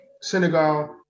Senegal